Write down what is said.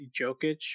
Jokic